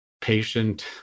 patient